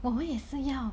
我们也是要